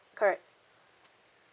correct